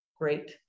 great